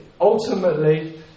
ultimately